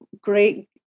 great